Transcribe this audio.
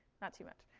not too much.